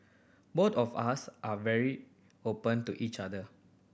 both of us are very open to each other